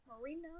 Marina